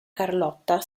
carlotta